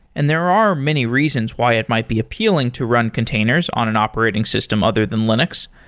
and there are many reasons why it might be appealing to run containers on an operating system other than linux.